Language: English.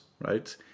right